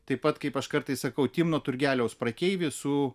taip pat kaip aš kartais sakau tymo turgelio prekeivį su